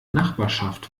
nachbarschaft